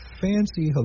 fancy